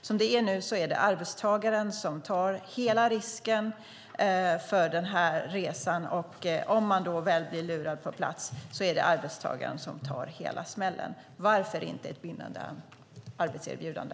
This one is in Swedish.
Som det är nu är det arbetstagaren som tar hela risken för resan. Om man väl blir lurad på plats är det arbetstagaren som tar hela smällen. Varför kan man inte ha ett bindande arbetserbjudande?